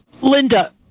Linda